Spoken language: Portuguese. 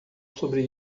sobre